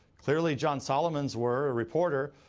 clearly john solomon's were, reporter,